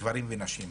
גברים ונשים,